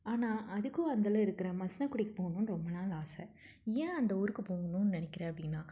ஆனால் அதுக்கும் அந்தல்ல இருக்கிற மசனக்குடிக்கு போகணும்னு ரொம்ப நாள் ஆசை ஏன் அந்த ஊருக்குப் போகணும்னு நினைக்கிறேன் அப்படின்னா